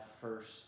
first